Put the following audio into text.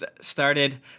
started